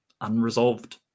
unresolved